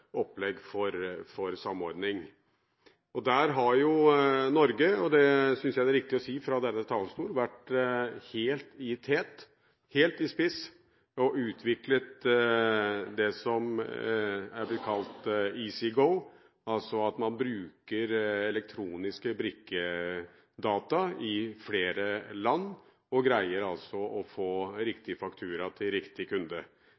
opplegg for samordning. Der har Norge – og det syns jeg det er riktig å si fra denne talerstol – vært helt i tet, helt i spiss, med å utvikle det som er blitt kalt EasyGo, altså at man bruker data fra elektroniske brikker i flere land, og greier å få riktig faktura til riktig kunde.